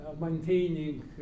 maintaining